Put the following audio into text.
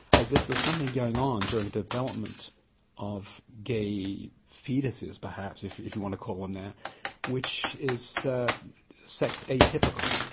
as if there's something going on during development of gay foetuses perhaps if if you want to call them that which is sex sex atypical.